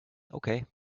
okay